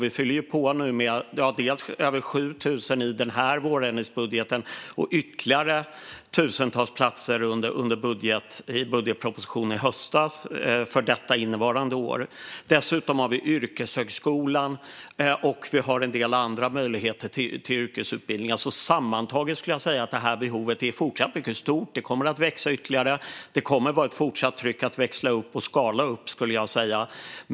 Vi fyllde på med över 7 000 platser i vårändringsbudgeten och ytterligare tusentals platser i budgetpropositionen i höstas för innevarande år. Dessutom har vi yrkeshögskolan, och vi har en del andra möjligheter till yrkesutbildning. Sammantaget skulle jag säga att behovet fortfarande är mycket stort och kommer att växa ytterligare. Det kommer att finnas ett fortsatt tryck att växla upp och skala upp, skulle jag säga.